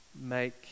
Make